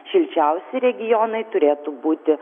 šilčiausi regionai turėtų būti